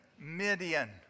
Midian